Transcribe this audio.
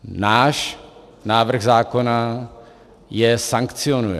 Náš návrh zákona je sankcionuje.